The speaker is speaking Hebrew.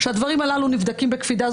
שהדברים הללו נבדקים בקפידה.